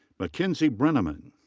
mackenzie breneman.